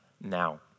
now